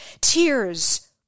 Tears